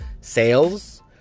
sales